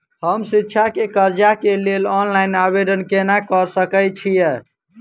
हम शिक्षा केँ कर्जा केँ लेल ऑनलाइन आवेदन केना करऽ सकल छीयै?